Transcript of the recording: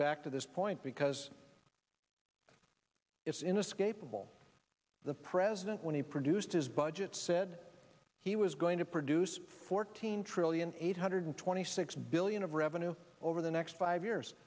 back to this point because it's inescapable the president when he produced his budget said he was going to produce fourteen trillion eight hundred twenty six billion of revenue over the next five years